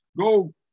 Go